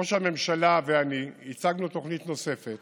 ראש הממשלה ואני הצגנו תוכנית נוספת